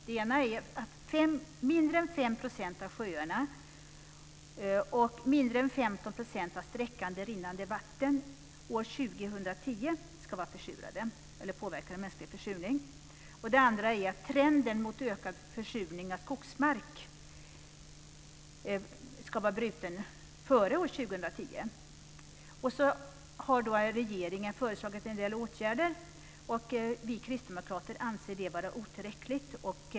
Det ena är att mindre än 5 % av sjöarna och mindre än 15 % av sträckan rinnande vatten år 2010 ska vara påverkade av mänsklig försurning. Det andra är att trenden mot ökad försurning av skogsmark ska vara bruten före år 2010. Så har då regeringen föreslagit en del åtgärder som vi kristdemokrater anser vara otillräckliga.